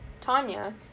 Tanya